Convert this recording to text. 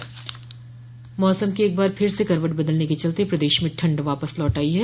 मौसम मौसम के एक बार फिर से करवट बदलने के चलते प्रदेश में ठण्ड वापस लौट आई है